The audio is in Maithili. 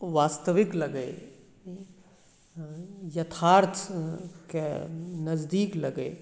वास्तविक लगै यथार्थ के नजदीक लगै